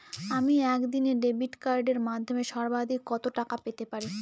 আমি একদিনে ডেবিট কার্ডের মাধ্যমে সর্বাধিক কত টাকা পেতে পারি?